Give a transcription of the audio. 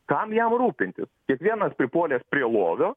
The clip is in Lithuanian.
kam jam rūpintis kiekvienas pripuolęs prie lovio